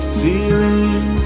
feeling